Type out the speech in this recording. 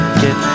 get